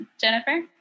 Jennifer